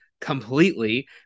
completely